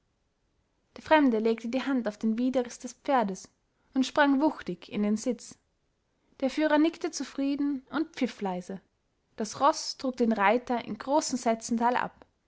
der fremde legte die hand auf den widerrist des pferdes und sprang wuchtig in den sitz der führer nickte zufrieden und pfiff leise das roß trug den reiter in großen sätzen talab